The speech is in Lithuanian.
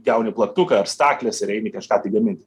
gauni plaktuką ar stakles ir eini kažką tai gaminti